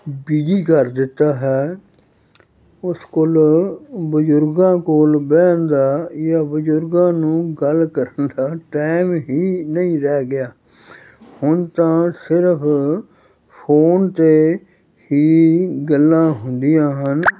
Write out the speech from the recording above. busy ਕਰ ਦਿੱਤਾ ਹੈ ਉਸ ਕੋਲ ਬਜ਼ੁਰਗਾਂ ਕੋਲ ਬਹਿਣ ਦਾ ਜਾਂ ਬਜ਼ੁਰਗਾਂ ਨੂੰ ਗੱਲ ਕਰਨ ਦਾ ਟਾਈਮ ਹੀ ਨਹੀਂ ਰਹਿ ਗਿਆ ਹੁਣ ਤਾਂ ਸਿਰਫ ਫੋਨ 'ਤੇ ਹੀ ਗੱਲਾਂ ਹੁੰਦੀਆਂ ਹਨ